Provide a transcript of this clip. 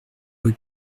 rue